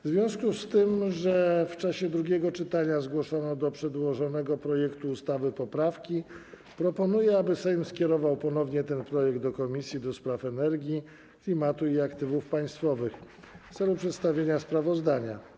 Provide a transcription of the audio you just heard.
W związku z tym, że w czasie drugiego czytania zgłoszono do przedłożonego projektu ustawy poprawki, proponuję, aby Sejm skierował ponownie ten projekt do Komisji do Spraw Energii, Klimatu i Aktywów Państwowych w celu przedstawienia sprawozdania.